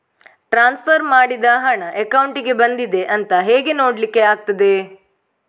Transfer ಮಾಡಿದ ಹಣ ಅಕೌಂಟಿಗೆ ಬಂದಿದೆ ಅಂತ ಹೇಗೆ ನೋಡ್ಲಿಕ್ಕೆ ಆಗ್ತದೆ?